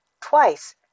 twice